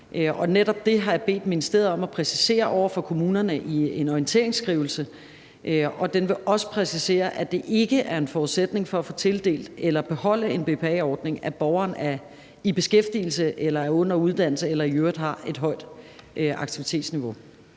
og netop det har jeg bedt ministeriet om at præcisere over for kommunerne i en orienteringsskrivelse, og den vil også præcisere, at det ikke er en forudsætning for at få tildelt eller beholde en BPA-ordning, at borgeren er i beskæftigelse eller er under uddannelse eller i øvrigt har et højt aktivitetsniveau.